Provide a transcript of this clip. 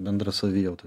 bendra savijauta